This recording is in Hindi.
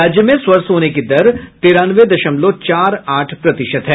राज्य में स्वस्थ होने की दर तिरानवे दशमलव चार आठ प्रतिशत है